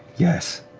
yes.